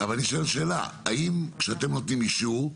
אבל אני שואל שאלה: האם כשאתם נותנים אישור,